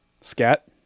Scat